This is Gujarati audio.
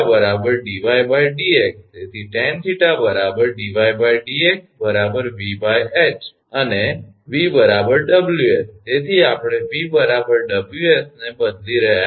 તેથી tan𝜃 𝑑𝑦𝑑𝑥 𝑉𝐻 અને 𝑉 𝑊𝑠 તેથી આપણે 𝑉 𝑊𝑠 ને બદલી રહ્યા છીએ